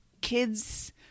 kids